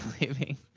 leaving